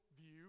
view